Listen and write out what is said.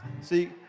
see